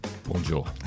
Bonjour